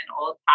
old